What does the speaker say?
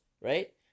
right